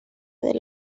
del